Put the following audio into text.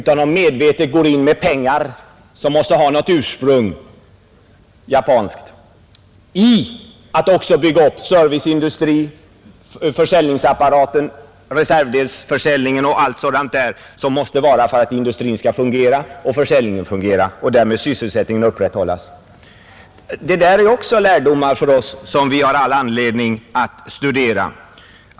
De går medvetet in med pengar som måste ha något ursprung och bygger upp serviceindustrin, försäljningsapparaten, reservdelsförsäljningen och vad som måste vara till för att industrin och försäljningen skall fungera och sysselsättningen upprätthållas inom produktionen. Där finns också lärdomar för oss som vi har all anledning att ta vara på.